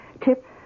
Tip